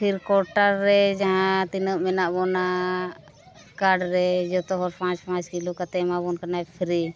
ᱯᱷᱤᱨ ᱠᱳᱴᱟ ᱨᱮ ᱡᱟᱦᱟᱸ ᱛᱤᱱᱟᱹᱜ ᱢᱮᱱᱟᱜ ᱵᱚᱱᱟ ᱠᱟᱨᱰ ᱨᱮ ᱡᱚᱛᱚ ᱦᱚᱲ ᱯᱟᱸᱪ ᱯᱟᱸᱪ ᱠᱤᱞᱳ ᱠᱟᱛᱮ ᱮᱢᱟᱵᱚᱱ ᱠᱟᱱᱟᱭ ᱯᱷᱨᱤ